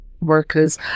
workers